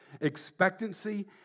expectancy